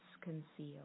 conceal